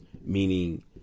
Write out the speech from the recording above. Meaning